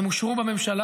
הם אושרו בממשלה.